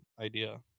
idea